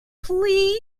please